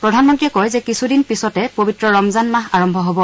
প্ৰধানমন্ত্ৰীয়ে কয় যে কিছুদিন পিছতে পৱিত্ৰ ৰমজান মাহ আৰম্ভ হব